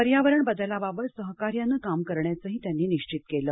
पर्यावरण बदलाबाबत सहकार्यानं काम करण्याचंही त्यांनी निश्चित केलं